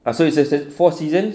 ah so it's a four seasons